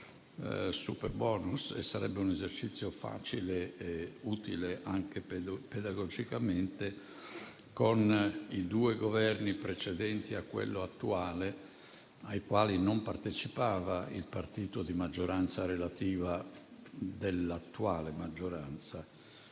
superbonus (sarebbe un esercizio facile e utile anche pedagogicamente), con i due Governi precedenti a quello attuale, ai quali non partecipava il partito di maggioranza relativa dell'attuale maggioranza,